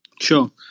Sure